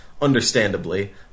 understandably